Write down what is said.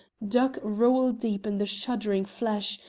dug rowel-deep in the shuddering flesh,